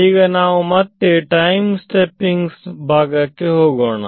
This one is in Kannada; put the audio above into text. ಈಗ ನಾವು ಮತ್ತೆ ಟೈಮ್ ಸ್ಟೆಪ್ಪಿಂಗ್ ಭಾಗಕ್ಕೆ ಹೋಗೋಣ